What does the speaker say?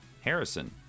Harrison